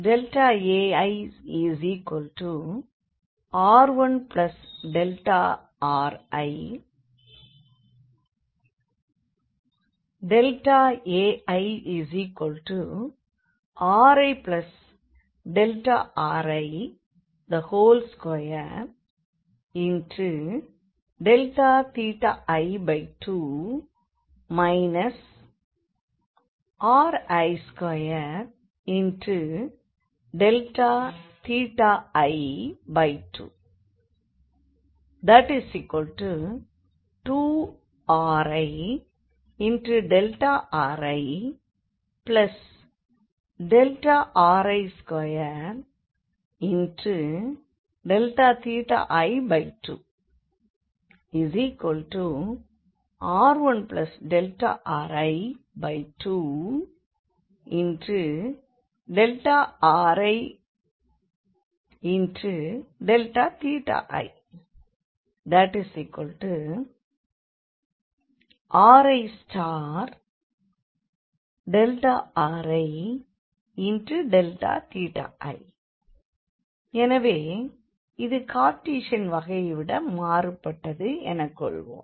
Airiri2i2 ri2i2 2ririΔri2i2 riri2riΔi ririi எனவே இது Cartesian வகையை விட மாறுபட்டது எனக் கொள்வோம்